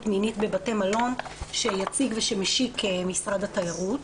מינית בבתי המלון שיציג ושמשיק משרד התיירות.